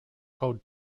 code